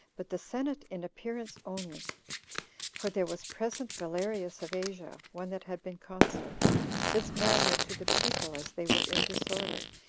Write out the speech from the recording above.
but the senate in appearance only for there was present valerius of asia, one that had been consul this man went to the people, as they were in disorder,